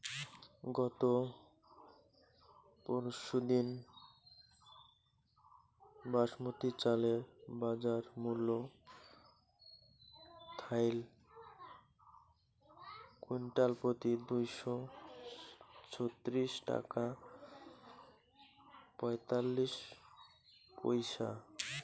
গত পরশুদিন বাসমতি চালের বাজারমূল্য থাইল কুইন্টালপ্রতি দুইশো ছত্রিশ টাকা পঁয়তাল্লিশ পইসা